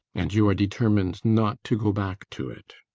and you are determined not to go back to it?